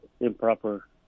Improper